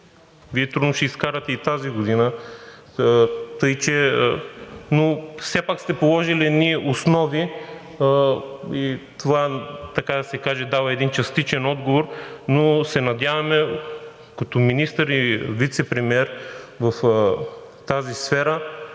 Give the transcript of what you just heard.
Вие трудно ще изкарате и тази година, но все пак сте положили едни основи и това, така да се каже, дава един частичен отговор, но се надяваме като министър и вицепремиер в тази сфера